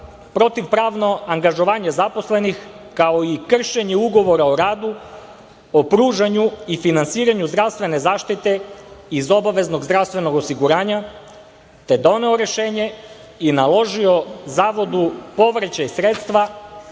protiv pravno angažovanje zaposlenih, kao i kršenje ugovora o radu o pružanju i finansiranju zdravstvene zaštite iz obaveznog zdravstvenog osiguranja, te doneo rešenje i naložio Zavodu povraćaj sredstava,